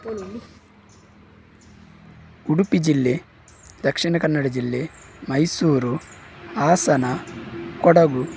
ಉಡುಪಿ ಜಿಲ್ಲೆ ದಕ್ಷಿಣ ಕನ್ನಡ ಜಿಲ್ಲೆ ಮೈಸೂರು ಹಾಸನ ಕೊಡಗು